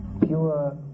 pure